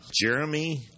Jeremy